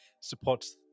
Supports